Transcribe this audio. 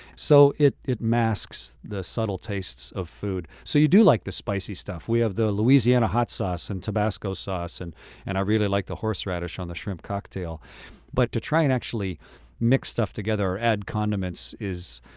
so it it masks the subtle tastes of food so you do like the spicy stuff. we have the louisiana hot sauce, and tabasco sauce and and i really like the horseradish on the shrimp cocktail but to try and actually mix stuff together or add condiments is.